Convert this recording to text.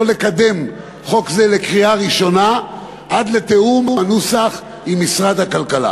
לקדם חוק זה לקריאה ראשונה עד לתיאום הנוסח עם משרד הכלכלה.